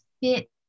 Fit